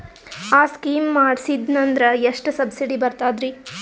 ಆ ಸ್ಕೀಮ ಮಾಡ್ಸೀದ್ನಂದರ ಎಷ್ಟ ಸಬ್ಸಿಡಿ ಬರ್ತಾದ್ರೀ?